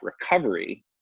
recovery